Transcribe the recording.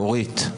אורית,